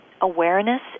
awareness